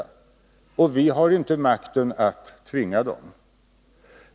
Ta : 5 Sr ställningstaganden Vi har inte makten att tvinga dem.